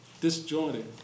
disjointed